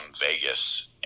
Vegas